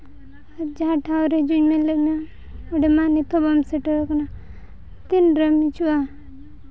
ᱟᱨ ᱡᱟᱦᱟᱸ ᱴᱷᱟᱶ ᱨᱮ ᱦᱤᱡᱩᱜ ᱤᱧ ᱢᱮᱱ ᱞᱮᱫ ᱢᱮᱭᱟ ᱚᱸᱰᱮ ᱢᱟ ᱱᱤᱛᱚᱜ ᱵᱟᱢ ᱥᱮᱴᱮᱨ ᱠᱟᱱᱟ ᱛᱤᱱ ᱨᱮᱢ ᱦᱤᱡᱩᱜᱼᱟ